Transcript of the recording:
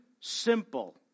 simple